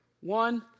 One